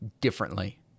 differently